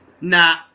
nah